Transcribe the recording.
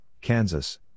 Kansas